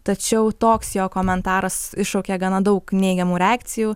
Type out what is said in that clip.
tačiau toks jo komentaras iššaukė gana daug neigiamų reakcijų